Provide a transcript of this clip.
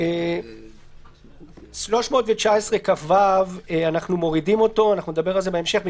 סעיף 319כו, ונדבר על זה בהמשך.